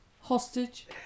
hostage